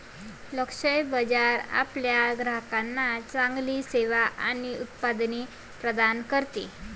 लक्ष्य बाजार आपल्या ग्राहकांना चांगली सेवा आणि उत्पादने प्रदान करते